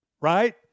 right